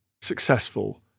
successful